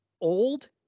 old